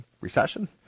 recession